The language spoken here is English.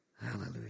Hallelujah